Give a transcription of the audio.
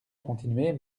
continuer